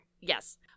Yes